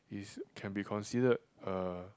is can be considered a